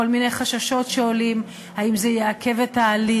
כל מיני חששות שעולים: האם זה יעכב את ההליך?